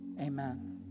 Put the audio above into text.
Amen